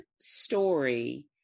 story